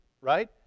right